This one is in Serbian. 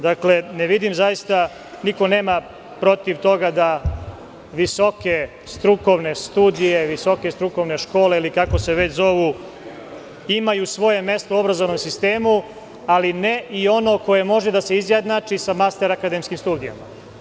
Dakle, ne vidim zaista, niko nema protiv toga da visoke strukovne studije, visoke strukovne škole, ili kako se već zovu, imaju svoje mesto u obrazovnom sistemu, ali ne i ono koje može da se izjednači sa master akademskim studijama.